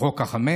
או חוק החמץ,